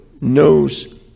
knows